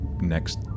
next